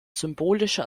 symbolischer